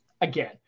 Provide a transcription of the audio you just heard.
again